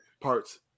parts